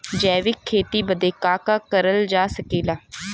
जैविक खेती बदे का का करल जा सकेला?